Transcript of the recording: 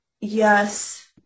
yes